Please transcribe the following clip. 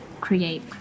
create